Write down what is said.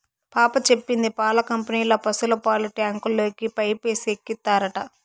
పాప చెప్పింది పాల కంపెనీల పశుల పాలు ట్యాంకుల్లోకి పైపేసి ఎక్కిత్తారట